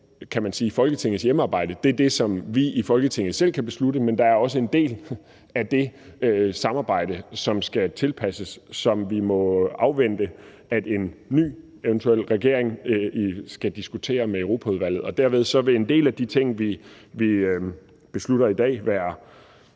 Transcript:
altså det, som vi i Folketinget selv kan beslutte. Men der er også en del af det samarbejde, som skal tilpasses, som vi må afvente at en eventuelt ny regering skal diskutere med Europaudvalget; og derved vil en del af de ting, vi beslutter i dag, være